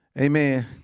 Amen